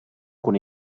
con